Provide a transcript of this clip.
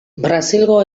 brasilgo